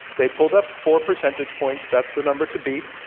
they pulled up four percentage points. that's the number to beat.